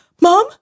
Mom